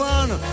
one